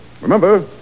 Remember